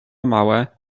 małe